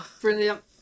brilliant